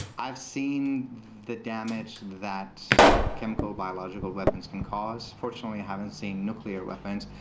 i've seen the damage that chemical, biological weapons can cause. fortunately, haven't seen nuclear weapons.